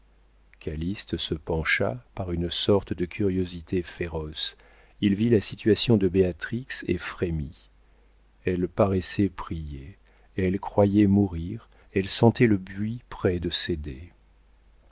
d'accourir calyste se pencha par une sorte de curiosité féroce il vit la situation de béatrix et frémit elle paraissait prier elle croyait mourir elle sentait le buis près de céder